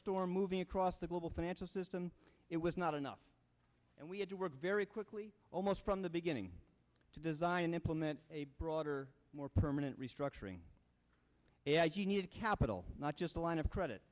storm moving across the global financial system it was not enough and we had to work very quickly almost from the beginning to design and implement a broader more permanent restructuring you need a capital not just a line of credit